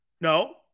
No